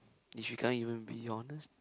if you can't even be honest